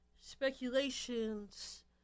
speculations